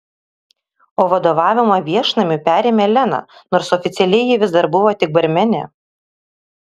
o vadovavimą viešnamiui perėmė lena nors oficialiai ji vis dar buvo tik barmenė